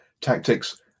tactics